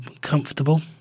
comfortable